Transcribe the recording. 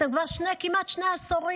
אתם כבר כמעט שני עשורים.